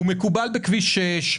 הוא מקובל בכביש 6,